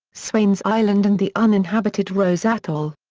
swains island and the uninhabited rose atoll.